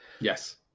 Yes